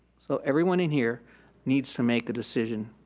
so everyone in here needs to make a decision.